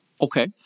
Okay